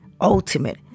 Ultimate